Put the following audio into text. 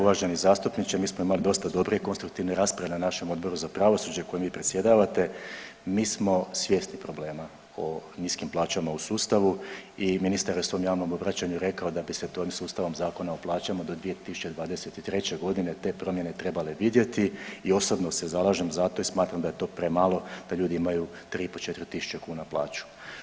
Uvaženi zastupniče mi smo imali dosta dobre i konstruktivne rasprave na našem Odboru za pravosuđe kojem vi predsjedavate, mi smo svjesni problema o niskim plaćama u sustavu i ministar je u svom javnom obraćanju rekao da bi se to ovim sustavom Zakona o plaćama do 2023. godine te promjene trebale vidjeti i osobno se zalažem za to i smatram da je to premalo da ljudi imaju 3,5-4.000 kuna plaću.